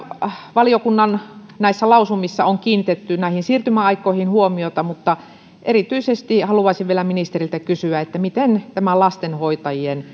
valiokunnan lausumissa on kiinnitetty näihin siirtymäaikoihin huomiota mutta erityisesti haluaisin vielä ministeriltä kysyä ovatko lastenhoitajien